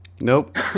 Nope